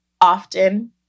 often